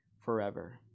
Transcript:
forever